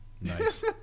nice